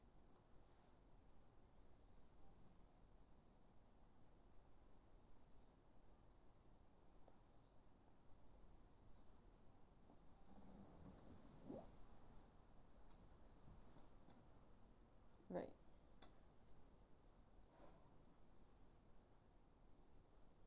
right